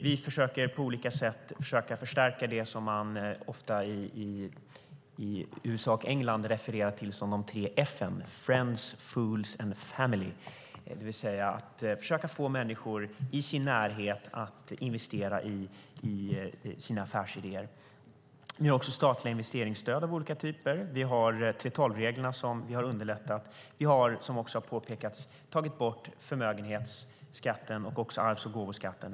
Vi försöker på olika sätt att stärka det som man i USA och England ofta refererar till som de tre F:en, nämligen friends, fools and family. Det handlar om att försöka få människor i sin närhet att investera i sina affärsidéer. Det finns också statliga investeringsstöd av olika typer. Vi har underlättat tillämpningen av 3:12-reglerna, och vi har, som har påpekats här, tagit bort förmögenhetsskatten och arvs och gåvoskatten.